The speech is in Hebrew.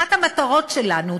אחת המטרות שלנו,